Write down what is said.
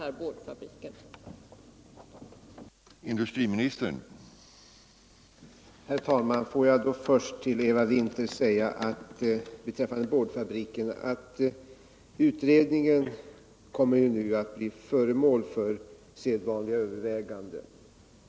att upprätthålla Sysselsättningen Norrbotten i